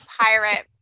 Pirate